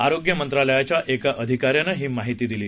आरोग्य मंत्रालयाच्या एका अधिकाऱ्यानं ही माहिती दिली